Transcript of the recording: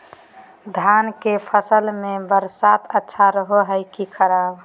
धान के फसल में बरसात अच्छा रहो है कि खराब?